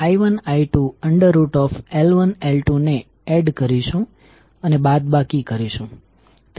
1 component 22 જે ફક્ત બીજી કોઇલને જોડશે જ્યારે 21 બંને કોઇલને જોડાશે